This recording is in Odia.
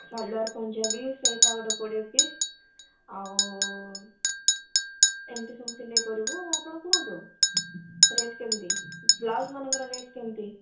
ସାଲୁଆର ପଞ୍ଜାବି ସେଇଟା ଗୋଟେ କୋଡ଼ିଏ ପିସ୍ ଆଉ ଏମିତି ସବୁ ସିଲେଇ କରିବୁ ଆପଣ କୁହନ୍ତୁ ରେଟ୍ କେମିତି ବ୍ଲାଉଜ ମାନଙ୍କର ରେଟ୍ କେମିତି